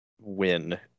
win